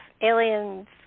aliens